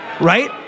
Right